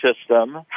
system